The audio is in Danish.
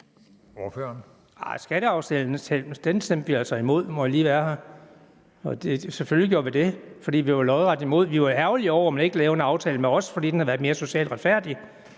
skatteaftalen, så må jeg lige være her! Selvfølgelig gjorde vi det, for vi var lodret imod den. Vi var ærgerlige over, at man ikke lavede en aftale med os, fordi den ville have været mere social retfærdig.